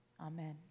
amen